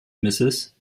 mrs